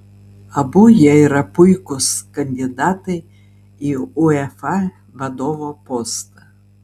abu jie yra puikūs kandidatai į uefa vadovo postą